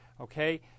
okay